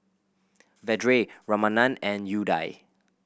Vedre Ramanand and Udai